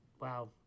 wow